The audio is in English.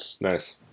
Nice